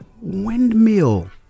windmill